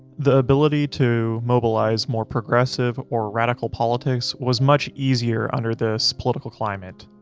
the ability to mobilize more progressive or radical politics was much easier under this political climate.